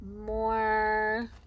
more